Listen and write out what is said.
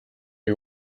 või